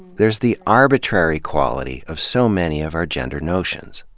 there's the arbitrary quality of so many of our gender notions.